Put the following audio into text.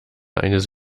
eines